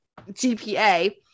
GPA